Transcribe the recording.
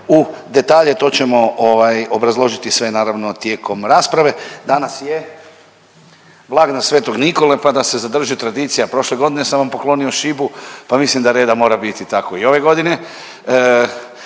u detalje to ćemo obrazložiti sve naravno tijekom rasprave. Danas je blagdan Sv. Nikole pa da se zadrži tradicija, prošle godine sam vam poklonio šibu pa mislim da reda mora biti tako i ove godine.